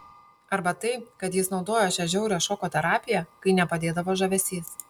arba tai kad jis naudojo šią žiaurią šoko terapiją kai nepadėdavo žavesys